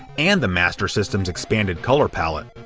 and the master system's expanded color palette.